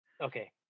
Okay